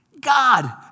God